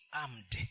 armed